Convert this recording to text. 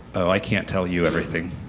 i can't tell you everything.